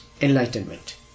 enlightenment